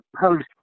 post